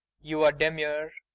you're demure.